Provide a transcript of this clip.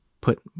put